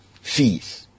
fees